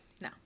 no